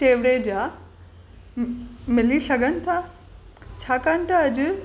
केवड़े जा मिली सघनि था छाकाणि त अॼु